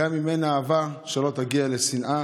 גם אם אין אהבה, שלא נגיע לשנאה.